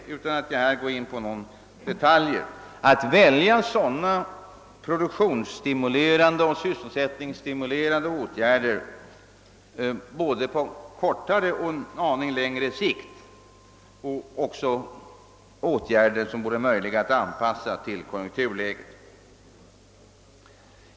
Det borde därför vara möjligt att välja produktionsoch sysselsättningsstimulerande åtgärder som har effekt på både kortare och en aning längre sikt. Dylika åtgärder måste också kunna anpassas till konjunkturläget.